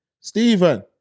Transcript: stephen